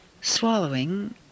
Swallowing